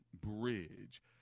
Bridge